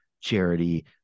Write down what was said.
charity